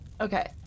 Okay